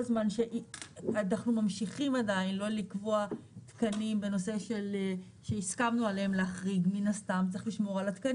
אנחנו נעשה את השינוי, אבל הוא צריך להיות בשום